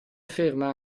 afferma